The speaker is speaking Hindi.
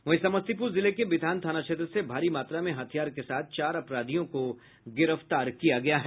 वहीं समस्तीपुर जिले के बिथान थाना क्षेत्र से भारी मात्रा में हथियार के साथ चार अपराधियों को गिरफ्तार किया गया है